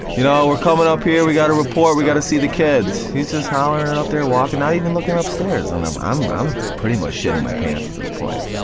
you know we're coming up here, we got a report, we gotta see the kids. he's just hollering up there, walking, not even looking upstairs. and i'm um um pretty much shitting my pants at this point.